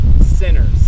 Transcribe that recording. sinners